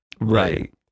right